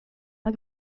pas